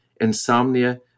insomnia